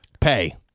pay